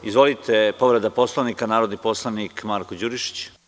Izvolite, povreda Poslovnika, narodni poslanik Marko Đurišić.